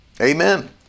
Amen